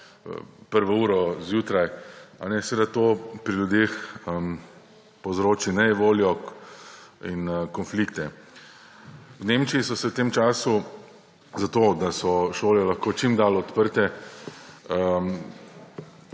1. uro zjutraj, seveda to pri ljudeh povzroči nejevoljo in konflikte. V Nemčiji so se v tem času zato, da so šole lahko čim dlje odprte,